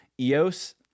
EOS